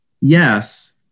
Yes